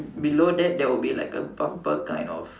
below that there would be like a bumper kind of